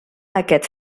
aquest